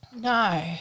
No